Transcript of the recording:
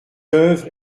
oeuvre